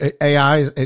AI